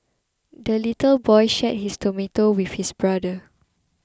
the little boy shared his tomato with his brother